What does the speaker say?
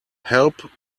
help